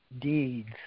deeds